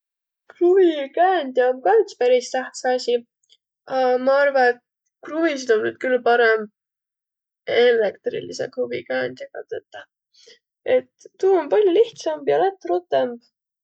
kruvikäändjä om ka iks kah peris tähtsä asi. A ma arva, et kruvisid om nüüd küll parõmb eelektrilise kruvikäändjaga tetäq. Et tuu om pall'o lihtsamb ja lätt rutemb.